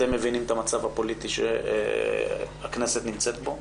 אתם מבינים את המצב הפוליטי שהכנסת נמצאת בו